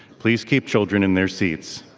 please keep children in their seats.